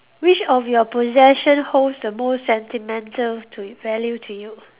which of your possession holds the most sentimental to y~ value to you